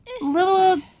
little